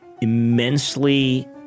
immensely